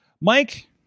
Mike